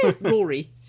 Rory